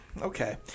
Okay